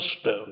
stone